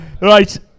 Right